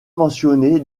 mentionné